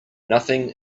nothing